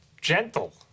gentle